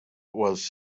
was